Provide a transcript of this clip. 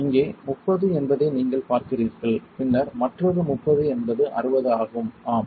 இங்கே 30 என்பதை நீங்கள் பார்க்கிறீர்கள் பின்னர் மற்றொரு 30 என்பது 60 ஆகும் ஆம்